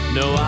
no